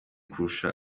kurusha